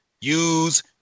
use